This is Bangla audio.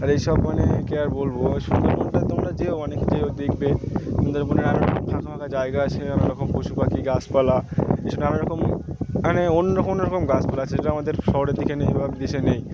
আর এই সব মানে কি আর বলব সুন্দর মনটা তো আমরা যেয়েও অনেক কিছু দেখবে তো মনে নানা রকম ফাঁকা ফাঁকা জায়গা আছে নানা রকম পশু পাখি গাছপালা এ সব নানা রকম মানে অন্য রকম রকম গাছপালা সেটা আমাদের শহরের দিকে নেই বা দেশে নেই